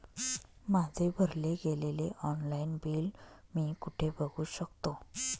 माझे भरले गेलेले ऑनलाईन बिल मी कुठे बघू शकतो?